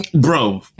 Bro